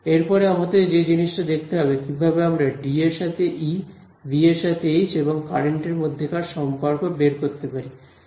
এরপরে আমাদের যে জিনিসটা দেখতে হবে কিভাবে আমরা ডি এর সাথে ই বি এর সাথে এইচ এবং কারেন্ট এর মধ্যেকার সম্পর্ক বের করতে পারি